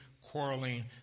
quarreling